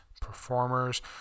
performers